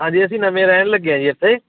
ਹਾਂਜੀ ਅਸੀਂ ਨਵੇਂ ਰਹਿਣ ਲੱਗੇ ਹਾਂ ਜੀ ਇੱਥੇ